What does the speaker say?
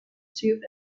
tube